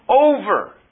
over